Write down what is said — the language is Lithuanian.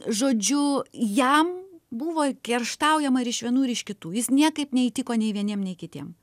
žodžiu jam buvo kerštaujama ir iš vienų ir iš kitų jis niekaip neįtiko nei vieniem nei kitiem